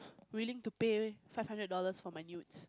willing to pay five hundred dollars for my nudes